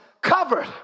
covered